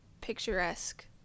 picturesque